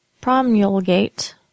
promulgate